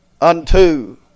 unto